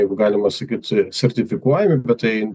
jeigu galima sakyt sertifikuojami bet tai